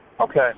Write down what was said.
Okay